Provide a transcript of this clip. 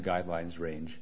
guidelines range